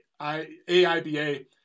AIBA